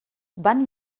van